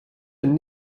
and